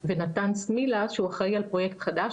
ונתן סמילה שהוא אחראי על פרויקט חדש,